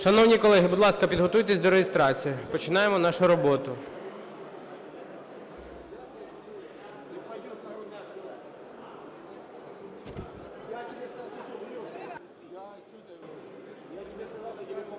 Шановні колеги, будь ласка, підготуйтесь до реєстрації, починаємо нашу роботу.